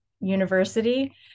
university